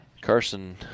Carson